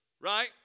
right